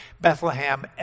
Bethlehem